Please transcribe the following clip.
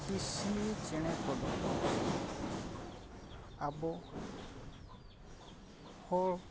ᱫᱮᱥᱤ ᱪᱮᱬᱮ ᱠᱚᱫᱚ ᱟᱵᱚ ᱦᱚᱲ